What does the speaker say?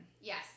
Yes